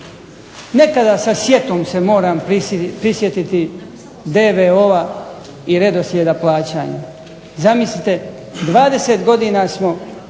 Nekada, sa sjetom se moram prisjetiti, DVO-a i redoslijeda plaćanja. Zamislite 20 godina smo